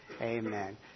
amen